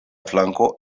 flanko